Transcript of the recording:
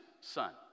son